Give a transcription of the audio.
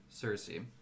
Cersei